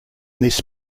this